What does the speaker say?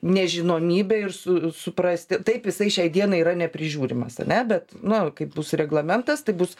nežinomybę ir su suprasti taip jisai šiai dienai yra neprižiūrimas ane bet na kaip bus reglamentas tai bus